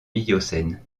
miocène